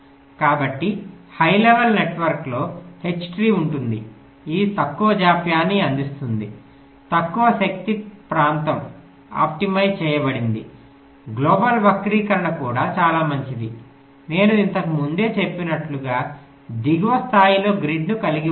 కాబట్టి high level నెట్వర్క్లో H tree ఉంటుంది ఇది తక్కువ జాప్యాన్ని అందిస్తుంది తక్కువ శక్తి ప్రాంతం ఆప్టిమైజ్ చేయబడింది గ్లోబల్ వక్రీకరణ కూడా చాలా మంచిది నేను ఇంతకు ముందే చెప్పినట్లుగా దిగువ స్థాయిలో గ్రిడ్ను కలిగి ఉంటుంది